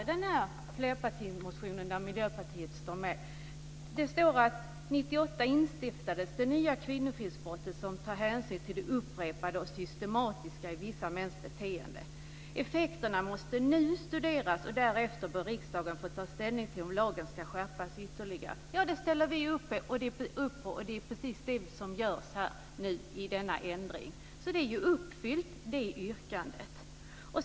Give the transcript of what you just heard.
I den flerpartimotion som Miljöpartiet är med om står det: År 1998 instiftades kvinnofridsbrottet, som tar hänsyn till det upprepade och systematiska i vissa mäns beteende. Effekterna måste nu studeras, och därefter bör riksdagen få ta ställning till om lagen ska skärpas ytterligare. Detta ställer vi upp på. Det är precis det som görs nu i och med denna ändring. Det här yrkandet är alltså uppfyllt.